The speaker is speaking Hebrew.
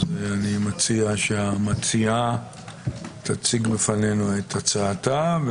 אז אני מציע שהמציעה תציג בפנינו את הצעתה,